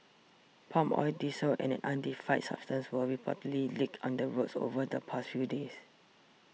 palm oil diesel and an unidentified substance were reportedly leaked on the roads over the past few days